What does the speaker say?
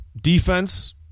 defense